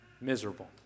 miserable